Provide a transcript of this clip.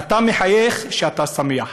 אתה מחייך כשאתה שמח,